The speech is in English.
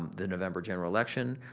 the november general election.